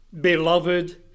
beloved